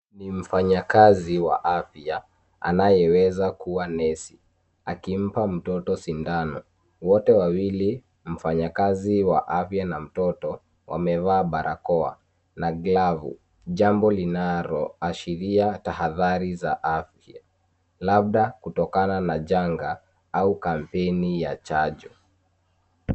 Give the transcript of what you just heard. Ni mfanyakazi wa afya anayeweza kuwa nesi akimpa mtoto sindano. Wote wawili, mfanyakazi wa afya na mtoto, wamevaa barakoa na glavu, jambo linaloashiria tahadhari za afya labda kutokana na janga au kampeni ya chanjo.